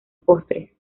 postres